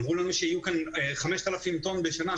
אמרו לנו שיהיו כאן 5,000 טון בשנה,